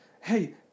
hey